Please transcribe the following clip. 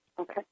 Okay